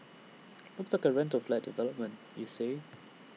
looks like A rental flat development you say